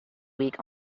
week